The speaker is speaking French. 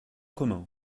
commun